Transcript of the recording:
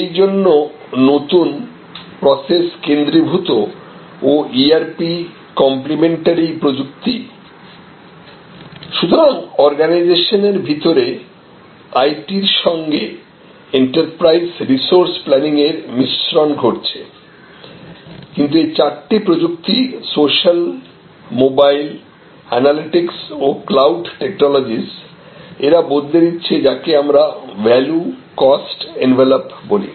এই জন্য নতুন প্রসেস কেন্দ্রীভূত ও ERP কম্প্লিমেন্টারি প্রযুক্তি সুতরাং অর্গানাইজেশনের ভিতরে IT র সঙ্গে এন্টারপ্রাইজ রিসোর্স প্ল্যানিং এর মিশ্রন ঘটেছে কিন্তু এই চারটি প্রযুক্তি সোশ্যাল মোবাইল অ্যানালিটিকস ও ক্লাউড টেকনোলজিস এরা বদলে দিচ্ছে যাকে আমরা ভ্যালু কস্ট এনভেলাপ বলি